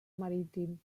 marítim